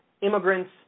immigrants